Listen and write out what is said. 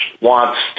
wants